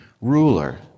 ruler